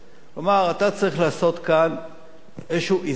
כלומר, אתה צריך לעשות כאן איזשהו איזון